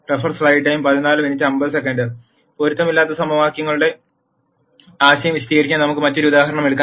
പൊരുത്തമില്ലാത്ത സമവാക്യങ്ങളുടെ ആശയം വിശദീകരിക്കാൻ നമുക്ക് മറ്റൊരു ഉദാഹരണം എടുക്കാം